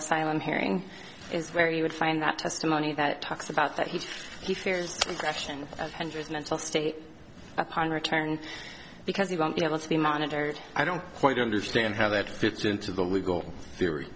asylum hearing is very you would find that testimony that talks about that he says he fears question of hundred mental state upon return because he won't be able to be monitored i don't quite understand how that fits into the legal theory